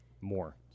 more